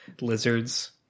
lizards